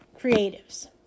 creatives